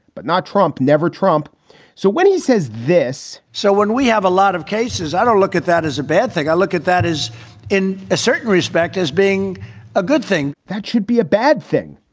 but not trump, never trump so when he says this so when we have a lot of cases, i don't look at that as a bad thing. i look at that as in a certain respect, as being a good thing that should be a bad thing.